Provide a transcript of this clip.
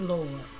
Lord